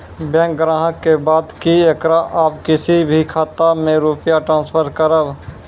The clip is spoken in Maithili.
बैंक ग्राहक के बात की येकरा आप किसी भी खाता मे रुपिया ट्रांसफर करबऽ?